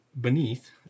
beneath